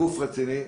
גוף רציני,